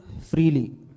freely